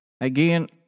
Again